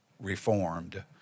reformed